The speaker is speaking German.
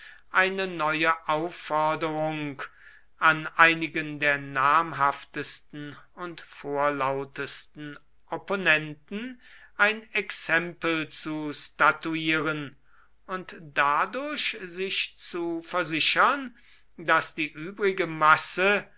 eine neue aufforderung an einigen der namhaftesten und vorlautesten opponenten ein exempel zu statuieren und dadurch sich zu versichern daß die übrige masse